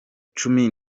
cumi